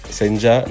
senja